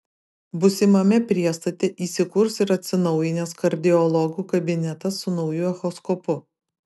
būsimame priestate įsikurs ir atsinaujinęs kardiologų kabinetas su nauju echoskopu